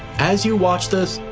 as you watch this,